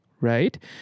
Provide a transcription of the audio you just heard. right